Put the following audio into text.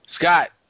Scott